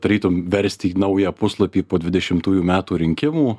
tarytum versti į naują puslapį po dvidešimtųjų metų rinkimų